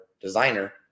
designer